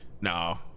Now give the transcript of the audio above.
No